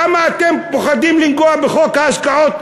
למה אתם פוחדים לנגוע בחוק ההשקעות?